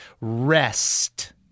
Rest